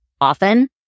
often